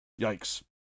yikes